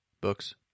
books